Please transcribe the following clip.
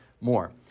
more